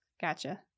Gotcha